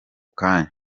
kanya